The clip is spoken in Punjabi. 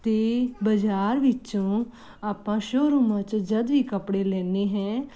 ਤੇ ਬਾਜ਼ਾਰ ਵਿੱਚੋਂ ਆਪਾਂ ਸ਼ੋਰੂਮਾਂ ਚ ਜਦ ਵੀ ਕੱਪੜੇ ਲੈਨੇ ਹੈ